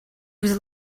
was